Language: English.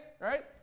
right